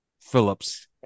Phillips